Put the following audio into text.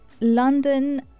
London